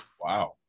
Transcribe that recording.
Wow